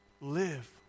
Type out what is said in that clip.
live